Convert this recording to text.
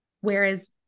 whereas